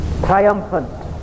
Triumphant